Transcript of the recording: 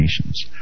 nations